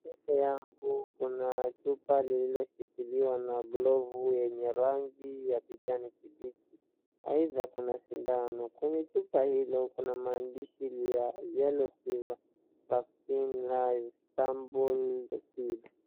Mbele yangu kuna chupa liliyoshikiliwa na glovu yenye rangi ya kijani kibichi. Aidha kuna sindano. Kwenye chupa hilo kuna maandishi ya yellow fever vaccine live sampled